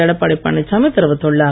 எடப்பாடி பழனிசாமி தெரிவித்துள்ளார்